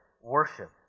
worship